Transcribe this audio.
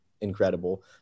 incredible